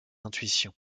intuition